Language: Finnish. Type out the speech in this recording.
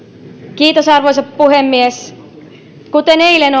kiitos arvoisa puhemies kuten eilen